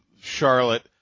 Charlotte